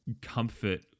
comfort